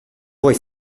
vuoi